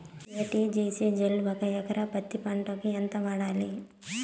ఎ.టి.జి.సి జిల్ ఒక ఎకరా పత్తి పంటకు ఎంత వాడాలి?